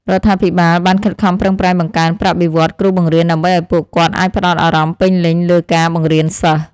រដ្ឋាភិបាលបានខិតខំប្រឹងប្រែងបង្កើនប្រាក់បៀវត្សរ៍គ្រូបង្រៀនដើម្បីឱ្យពួកគាត់អាចផ្តោតអារម្មណ៍ពេញលេញលើការបង្រៀនសិស្ស។